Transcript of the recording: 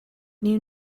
knew